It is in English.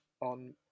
on